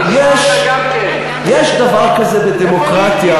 יש דבר כזה בדמוקרטיה,